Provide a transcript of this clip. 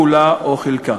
כולה או חלקה.